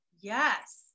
Yes